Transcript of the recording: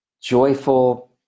joyful